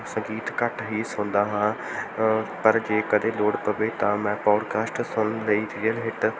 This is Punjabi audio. ਸੰਗੀਤ ਘੱਟ ਹੀ ਸੁਣਦਾ ਹਾਂ ਪਰ ਜੇ ਕਦੇ ਲੋੜ ਪਵੇ ਤਾਂ ਮੈਂ ਪੋਡਕਾਸਟ ਸੁਣਨ ਲਈ